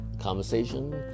conversation